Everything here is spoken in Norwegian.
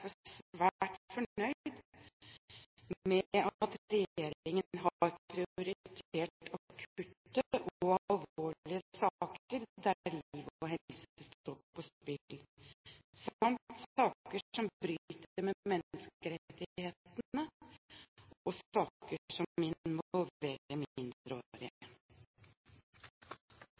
at regjeringen har prioritert akutte og alvorlige saker der liv og helse står på spill samt saker som bryter med menneskerettighetene, og saker som